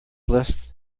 list